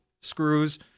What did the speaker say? screws